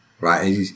Right